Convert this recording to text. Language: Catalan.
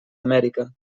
amèrica